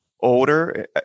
older